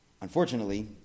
Unfortunately